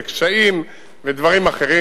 וקשיים ודברים אחרים.